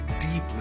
deeply